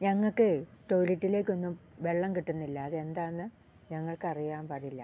ഞങ്ങൾക്ക് ടോയിലെറ്റിലേക്കൊന്നും വെള്ളം കിട്ടുന്നില്ല അത് എന്താണെന്ന് ഞങ്ങൾക്ക് അറിയാൻ പാടില്ല